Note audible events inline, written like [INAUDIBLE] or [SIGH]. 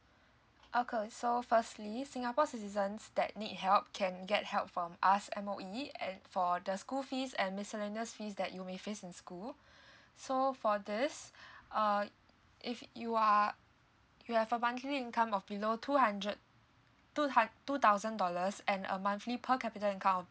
okay so firstly singapore citizens that need help can get help from us M_O_E and for the school fees and miscellaneous fees that you may face in school [BREATH] so for this uh if you are you have a monthly income of below two hundred two hun~ two thousand dollars and a monthly per capita income of